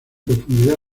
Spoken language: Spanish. profundidad